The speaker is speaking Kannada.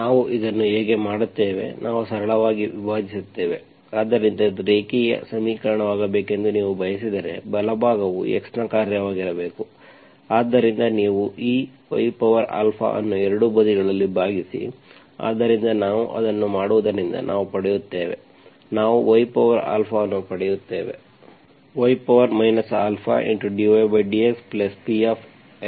ನಾವು ಇದನ್ನು ಹೇಗೆ ಮಾಡುತ್ತೇವೆ ನಾವು ಸರಳವಾಗಿ ವಿಭಜಿಸುತ್ತೇವೆ ಆದ್ದರಿಂದ ಇದು ರೇಖೀಯ ಸಮೀಕರಣವಾಗಬೇಕೆಂದು ನೀವು ಬಯಸಿದರೆ ಬಲಭಾಗವು x ನ ಕಾರ್ಯವಾಗಿರಬೇಕು ಆದ್ದರಿಂದ ನೀವು ಈ y ಅನ್ನು ಎರಡೂ ಬದಿಗಳಲ್ಲಿ ಭಾಗಿಸಿ ಆದ್ದರಿಂದ ನಾವು ಅದನ್ನು ಮಾಡುವುದರಿಂದ ನಾವು ಪಡೆಯುತ್ತೇವೆ ನಾವು y ಅನ್ನು ಪಡೆಯುತ್ತೇವೆ